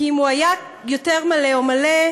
כי אם הוא היה יותר מלא או מלא,